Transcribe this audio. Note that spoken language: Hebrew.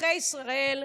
אזרחי ישראל,